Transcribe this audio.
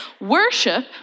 worship